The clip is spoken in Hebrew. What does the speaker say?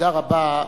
ובמידה רבה,